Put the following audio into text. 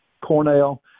Cornell